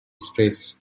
stress